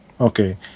Okay